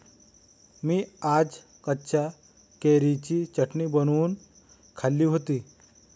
मी आज कच्च्या कैरीची चटणी बनवून खाल्ली होती